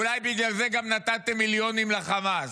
אולי בגלל זה גם נתתם מיליונים לחמאס,